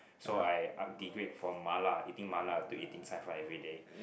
so I I degrade from mala eating mala to eating Cai-Fan everyday